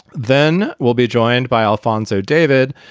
then we'll be joined by alphonso david,